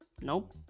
Nope